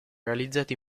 realizzati